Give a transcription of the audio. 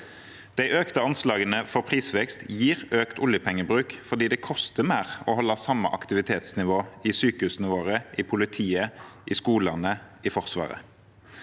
De økte anslagene for prisvekst gir økt oljepengebruk fordi det koster mer å holde samme aktivitetsnivå i sykehusene våre, i politiet, i skolene og i Forsvaret.